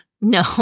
No